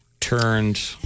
turned